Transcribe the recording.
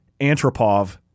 Antropov